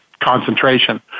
concentration